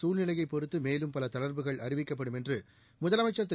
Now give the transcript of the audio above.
சூழ்நிலையை பொறுத்து மேலும் பல தளா்வுகள் அறிவிக்கப்படும் என்று முதலமைச்சா் திரு